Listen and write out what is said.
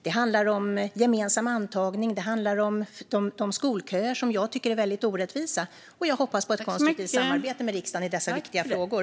Det handlar om gemensam antagning och de skolköer som jag tycker är väldigt orättvisa. Jag hoppas på ett konstruktivt samarbete med riksdagen i dessa viktiga frågor.